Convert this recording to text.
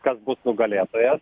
kas bus nugalėtojas